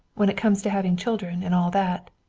when it comes to having children and all that.